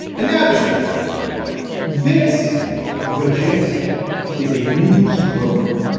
and now the spiel this the gist is a news program.